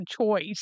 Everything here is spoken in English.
choice